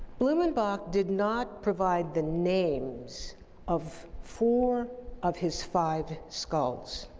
blumenbach did not provide the names of four of his five skulls.